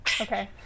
okay